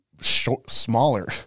smaller